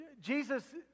Jesus